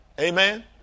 Amen